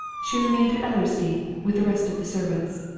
she remained at ellersdeane with the rest of the servants.